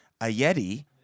Ayeti